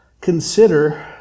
consider